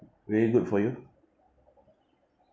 really good for you